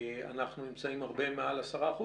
אנחנו נמצאים הרבה מעל 10%,